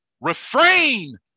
Refrain